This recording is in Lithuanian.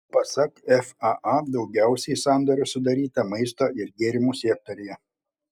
pasak faa daugiausiai sandorių sudaryta maisto ir gėrimų sektoriuje